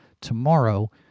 tomorrow